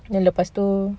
then lepas itu